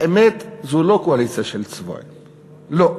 האמת, זו לא קואליציה של צבועים, לא.